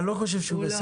אני לא חושב שהוא מסמן.